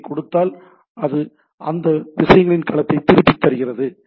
பியைக் கொடுத்தால் அது அந்த விஷயங்களின் களத்தை திருப்பித் தருகிறது